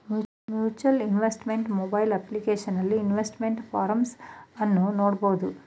mutual investment mobile ಅಪ್ಲಿಕೇಶನಲ್ಲಿ investment performance ಅನ್ನು ನೋಡ್ಬೋದು